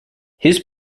his